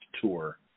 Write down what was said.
tour